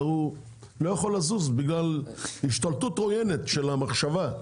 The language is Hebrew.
הוא כבר לא יכול לזוז בגלל השתלטות עוינת של המחשבה,